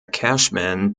cashman